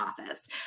office